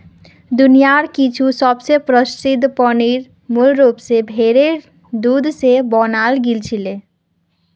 दुनियार कुछु सबस प्रसिद्ध पनीर मूल रूप स भेरेर दूध स बनाल गेल छिले